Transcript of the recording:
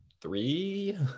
three